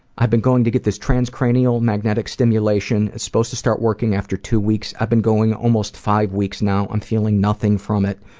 i've been going to get this transcranial magnetic stimulation. it's supposed to start working after two weeks. i've been going almost five weeks now. i'm feeling nothing from it.